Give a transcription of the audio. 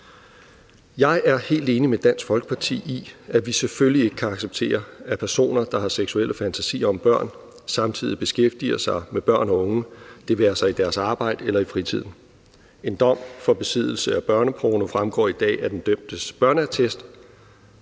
Jeg er helt enig med Dansk Folkeparti i, at vi selvfølgelig ikke kan acceptere, at personer, der har seksuelle fantasier om børn, samtidig beskæftiger sig med børn og unge – det være sig i deres arbejde eller i fritiden. En dom for besiddelse af børneporno fremgår i dag af den dømtes børneattest,